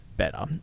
better